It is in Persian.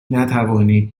نتوانید